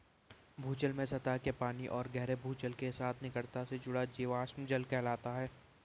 भूजल में सतह के पानी और गहरे भूजल के साथ निकटता से जुड़ा जीवाश्म जल कहा जाता है